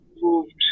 moved